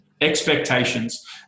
expectations